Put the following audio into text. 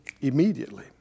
immediately